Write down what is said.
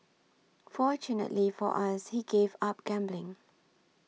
fortunately for us he gave up gambling